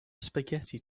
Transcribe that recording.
spaghetti